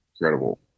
incredible